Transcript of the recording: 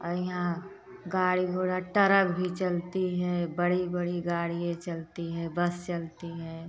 और यहाँ गाड़ी घोड़ा टरक भी चलती है बड़ी बड़ी गाड़ियाँ चलती है बस चलती है